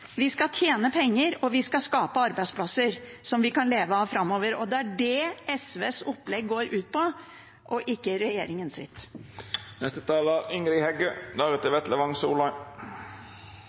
vi skal tjene penger, og vi skal skape arbeidsplasser som vi kan leve av framover. Det er det SVs opplegg går ut på – ikke